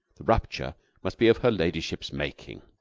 the rupture must be of her ladyship's making.